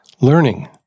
learning